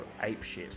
apeshit